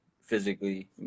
physically